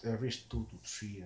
average two to three ah